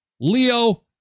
Leo